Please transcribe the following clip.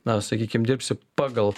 na sakykim dirbsi pagal